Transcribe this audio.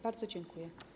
Bardzo dziękuję